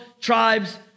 tribes